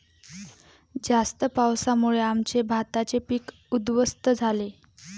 जास्त पावसामुळे आमचे भाताचे पीक उध्वस्त झाले